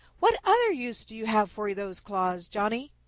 what other use do you have for those claws, johnny?